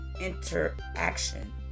interaction